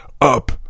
Up